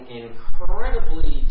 incredibly